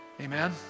amen